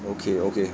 okay okay